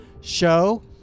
show